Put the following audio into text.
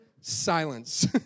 silence